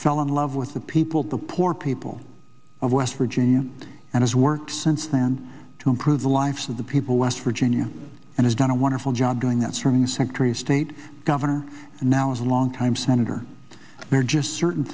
fell in love with the people of the poor people of west virginia and his work since then to improve the lives of the people west virginia and has done a wonderful job doing that from the secretary of state governor and now as a longtime senator there are just certain